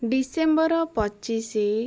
December ପଚିଶ